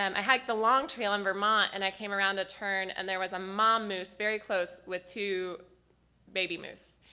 um i hiked long trail in vermont and i came around a turn and there was a mom moose very close with two baby moose.